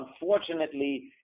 unfortunately